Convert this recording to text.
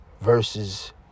Versus